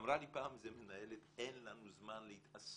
אמרה לי פעם מנהלת, אין לנו זמן להתעסק